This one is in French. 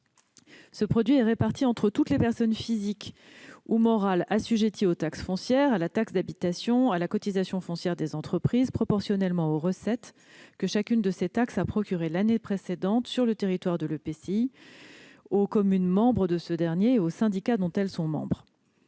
Ce produit est réparti entre toutes les personnes physiques ou morales assujetties aux taxes foncières, à la taxe d'habitation et à la cotisation foncière des entreprises, la CFE, proportionnellement aux recettes que chacune de ces taxes a procurées l'année précédente sur le territoire de l'EPCI à fiscalité propre qui l'instaure, aux communes membres de ce dernier et aux syndicats dont elles sont membres.